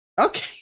Okay